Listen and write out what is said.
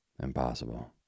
Impossible